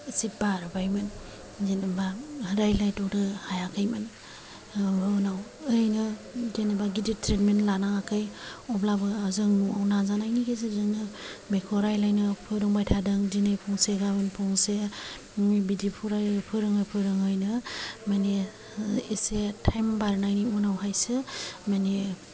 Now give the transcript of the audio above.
एसे बारबायमोन जेनेबा रायलायदावनो हायाखैमोन जोंबो उनाव ओरैनो जेनेबा गिदिर ट्रिटमेन्ट लानाङाखै अब्लाबो जों न'आव नाजानायनि गेजेरजोंनो बेखौ रायलायनो फोरोंबाय थादों दिनै फंसे गाबोन फंसेनो बिदिनो फरायै फोरोङै फोरोङैनो माने एसे टाइम बारनायनि उनावहायसो माने